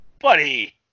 Buddy